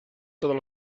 todos